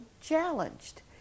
challenged